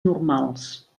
normals